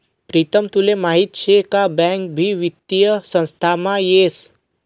प्रीतम तुले माहीत शे का बँक भी वित्तीय संस्थामा येस